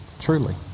truly